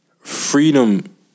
freedom